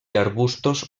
arbustos